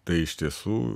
tai iš tiesų